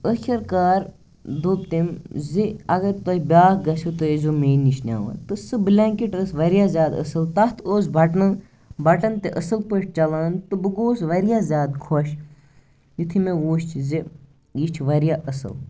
ٲخِر کار دوٚپ تٔمۍ زِ اگر تۄہہِ بیٚاکھ گَژھِو تُہۍ ٲسۍ زیو میٚے نِش نِوان تہٕ سۄ بلینٛکیٚٹ ٲس واریاہ زیادٕ اصٕل تَتھ اوٗس بَٹنَن بَٹَن تہِ اصٕل پٲٹھۍ چَلان تہٕ بہٕ گوٗس واریاہ زیادٕ خۄش یُِتھٕے مےٚ وُچھ زِ یہِ چھِ واریاہ اصٕل